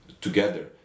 together